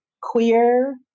queer